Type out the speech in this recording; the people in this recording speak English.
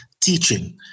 teaching